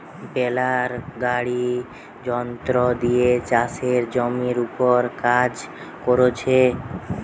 বেলার গাড়ি যন্ত্র দিয়ে চাষের জমির উপর কাজ কোরছে